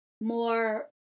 more